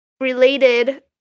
related